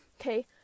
okay